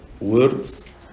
words